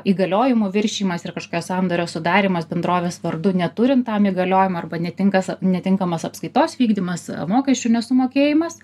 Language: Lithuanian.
įgaliojimų viršijimas ir kažkokio sandorio sudarymas bendrovės vardu neturint tam įgaliojimo arba netinkas netinkamas apskaitos vykdymas mokesčių nesumokėjimas